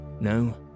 No